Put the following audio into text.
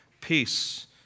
Peace